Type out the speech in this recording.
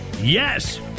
yes